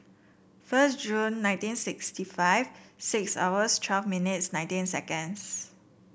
first June nineteen sixty five six hours twelve minutes nineteen seconds